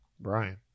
Brian